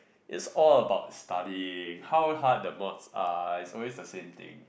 is all about studying how hard the mods are is always the same thing